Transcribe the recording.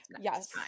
yes